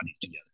together